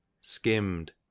skimmed